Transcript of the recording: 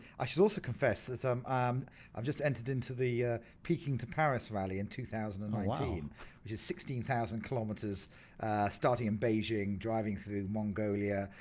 i should also confess that um um i've just entered into the peking to paris rally in two thousand and nineteen which is sixteen thousand kilometres starting in beijing driving through mongolia,